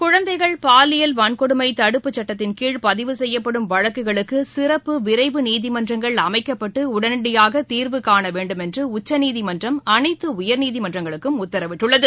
குழந்தைகள் பாலியல் வன்கொடுமை தடுப்பு சட்டத்தின்கீழ் பதிவு செய்யப்படும் வழக்குகளுக்கு சிறப்பு விரைவு நீதிமன்றங்கள் அமைக்கப்பட்டு உடனடியாக தீர்வு காண வேண்டும் என்று உச்சநீதிமன்றம் அனைத்து உயர்நீதிமன்றங்களுக்கு உத்தரவிட்டுள்ளது